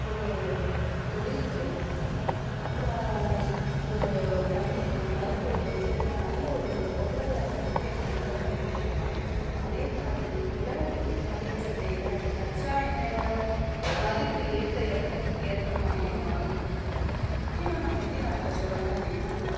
ஒரு தொழில்துறை அப்புறோம் ஒரு கல்வித்துறை மருத்துவத்துறை இதெல்லாம் நல்ல ஒரு பொருளாதாரத்தில் முக்கிய பங்குகள் வகிக்குது தான் அதே மாதிரி உலக பங்குச்சந்தையில் அந்த கச்சா எண்ணெயோட மதிப்பு ஏற்ற இறக்கத்துக்கு ஏற்ற மாதிரியும் மாறும் முக்கியமாக நம்ம இந்திய நாட்டில் சொல்லணும் அப்படின்னா